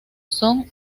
son